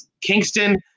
Kingston